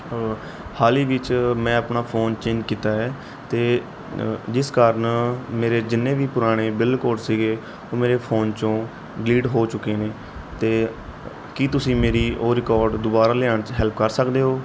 ਹਾਲ ਹੀ ਵਿੱਚ ਮੈਂ ਆਪਣਾ ਫੋਨ ਚੇਂਜ ਕੀਤਾ ਹੈ ਅਤੇ ਜਿਸ ਕਾਰਨ ਮੇਰੇ ਜਿੰਨੇ ਵੀ ਪੁਰਾਣੇ ਬਿੱਲ ਕੋਡ ਸੀ ਉਹ ਮੇਰੇ ਫੋਨ ਚੋਂ ਡਿਲੀਟ ਹੋ ਚੁੱਕੇ ਨੇ ਅਤੇ ਕੀ ਤੁਸੀਂ ਮੇਰੀ ਉਹ ਰਿਕੋਡ ਦੁਬਾਰਾ ਲਿਆਉਣ 'ਚ ਹੈਲਪ ਕਰ ਸਕਦੇ ਹੋ